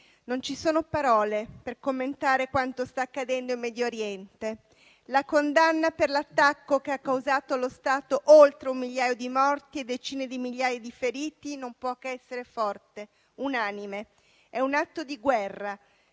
non ci sono parole per commentare quanto sta accadendo in Medio Oriente. La condanna per l'attacco che ha causato allo stato oltre un migliaio di morti e decine di migliaia di feriti non può che essere forte e unanime. È un atto di guerra